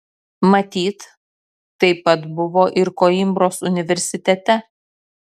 matyt taip pat buvo ir koimbros universitete